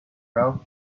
rough